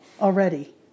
already